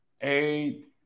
eight